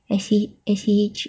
S A S A H